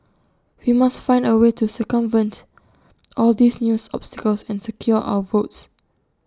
we must find A way to circumvent all these news obstacles and secure our votes